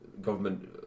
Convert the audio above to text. government